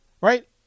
Right